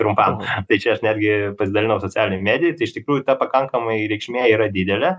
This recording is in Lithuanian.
trumpam ateičiai ar netgi pasidalino socialinių medijųtai iš tikrųjų ta pakankamai reikšmė yra didelė